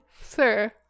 Sir